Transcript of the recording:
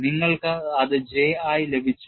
നിങ്ങൾക്ക് അത് J ആയി ലഭിച്ചു